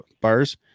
bars